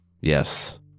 Yes